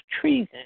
treason